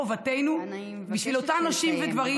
חובתנו בשביל אותם נשים וגברים,